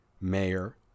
mayor